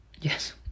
Yes